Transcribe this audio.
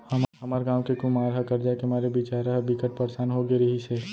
हमर गांव के कुमार ह करजा के मारे बिचारा ह बिकट परसान हो गे रिहिस हे